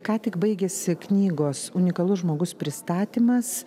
ką tik baigėsi knygos unikalus žmogus pristatymas